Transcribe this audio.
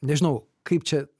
nežinau kaip čia